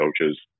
coaches